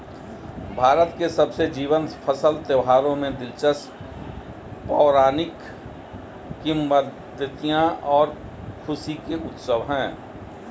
भारत के सबसे जीवंत फसल त्योहारों में दिलचस्प पौराणिक किंवदंतियां और खुशी के उत्सव है